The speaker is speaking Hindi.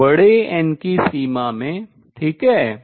तो बड़े n की सीमा में ठीक है